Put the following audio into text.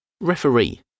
Referee